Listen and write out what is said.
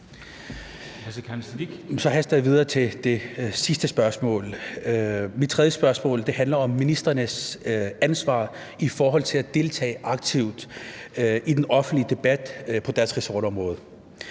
Mit tredje spørgsmål handler om ministrenes ansvar i forhold til at deltage aktivt i den offentlige debat på deres ressortområde.